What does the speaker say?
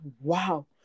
Wow